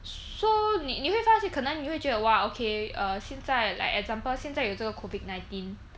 so 你你会发现可能你会觉得 !wah! okay err 现在 like example 现在有这个 COVID nineteen